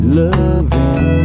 loving